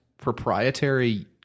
proprietary